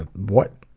ah what,